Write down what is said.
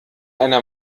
einer